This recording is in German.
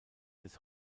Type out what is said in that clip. des